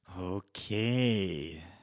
Okay